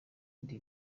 indi